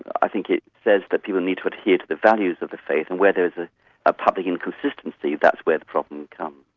i think it says that you people need to adhere to the values of the faith and where there's a ah public inconsistency, that's where the problems come.